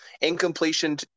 Incompletion